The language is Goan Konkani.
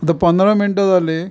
आतां पंदरा मिनटां जालीं